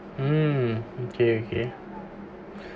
um okay okay